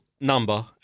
number